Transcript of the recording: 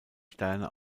sterne